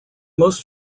most